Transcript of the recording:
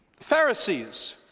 Pharisees